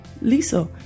Lisa